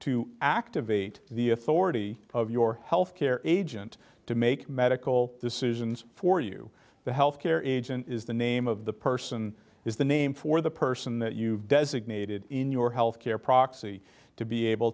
to activate the authority of your healthcare agent to make medical decisions for you the health care engine is the name of the person is the name for the person that you've designated in your health care proxy to be able